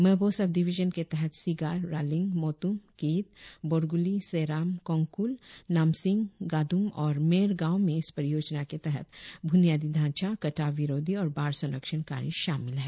मैबो sub division के तहत सिगार रालिंग मोत्रमकियित बॉरगुली सेराम कोंगकूल नामसिंग गादुम और मेड़ गांवो में इस परियोजना के तहत बुनियादी ढांचा कटाव विरोधी और बाढ़ संरक्षण कार्य शामिल हैं